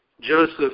Joseph